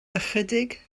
ychydig